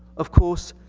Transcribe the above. of course,